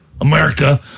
America